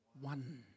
one